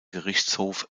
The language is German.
gerichtshof